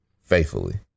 faithfully